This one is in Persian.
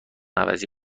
عوضی